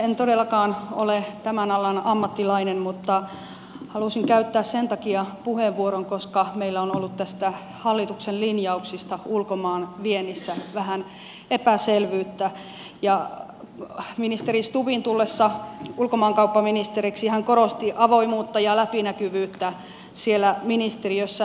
en todellakaan ole tämän alan ammattilainen mutta halusin käyttää sen takia puheenvuoron että meillä on ollut näistä hallituksen linjauksista ulkomaan viennissä vähän epäselvyyttä ja ministeri stubbin tullessa ulkomaankauppaministeriksi hän korosti avoimuutta ja läpinäkyvyyttä siellä ministeriössä